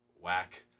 whack